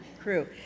crew